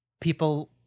people